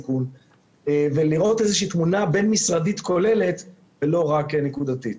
ולראות איזושהי תמונה בין-משרדית כוללת ולא רק נקודתית.